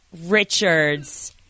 Richards